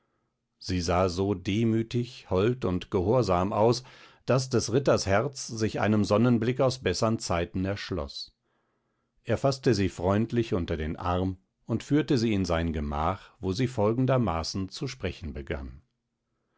sie sah so demütig hold und gehorsam aus daß des ritters herz sich einem sonnenblick aus bessern zeiten erschloß er faßte sie freundlich unter den arm und führte sie in sein gemach wo sie folgendermaßen zu sprechen begann